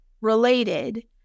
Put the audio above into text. related